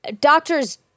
doctors